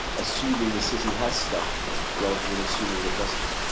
assuming the city has stuff rather than assuming it doesn't.